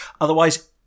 Otherwise